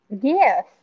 Yes